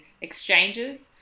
exchanges